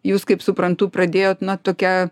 jūs kaip suprantu pradėjot na tokią